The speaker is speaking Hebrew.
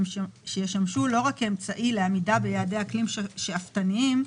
שישמשו לא רק כאמצעי לעמידה ביעדי אקלים שאפתניים,